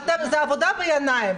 זו עבודה בעיניים.